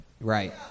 Right